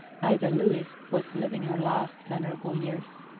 ida lewis, was living her last venerable years.